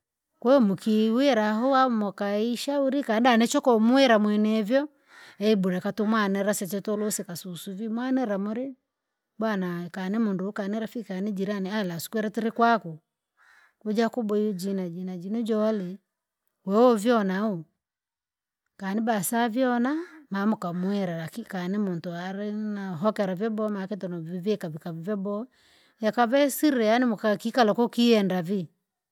Kwahiyo mwakiwira ahu jiyo mwakajishauri kono nichaka muwira mwenevyo hebu reka twamwanirire sichee tolusika susu v ii mawanirira uri bwana we kani munduu, kanirafiki kanijirani siku ira tiri kwaku kwaja kuayiwwa ji najii nijali wewe wavyo na wuu kanibasiavyona mamwakamwira lakini kani muntu ari na hokera vyobaha novivika vyakava vyaboha, yakava yasirire yani mwakikala kokiyenda.